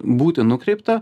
būti nukreipta